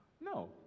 No